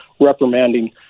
reprimanding